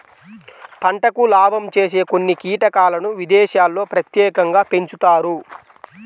పంటకు లాభం చేసే కొన్ని కీటకాలను విదేశాల్లో ప్రత్యేకంగా పెంచుతారు